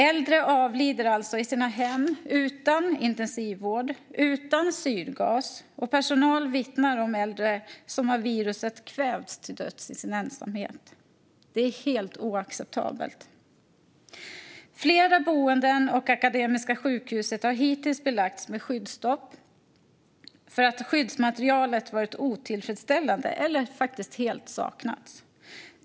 Äldre avlider alltså i sina hem utan intensivvård och utan syrgas. Personal vittnar om äldre som av viruset kvävts till döds i sin ensamhet. Det är helt oacceptabelt. Flera boenden och Akademiska sjukhuset har hittills belagts med skyddsstopp för att skyddsmaterialet har varit otillfredsställande eller helt saknats.